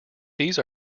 these